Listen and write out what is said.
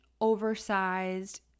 oversized